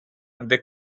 they